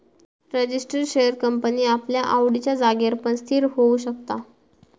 register share company आपल्या आवडिच्या जागेर पण स्थिर होऊ शकता